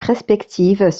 perspectives